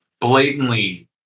blatantly